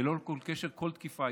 ללא כל קשר, כל תקיפה.